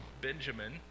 Benjamin